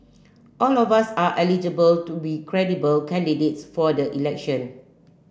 all of us are eligible to be credible candidates for the election